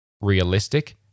Realistic